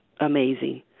amazing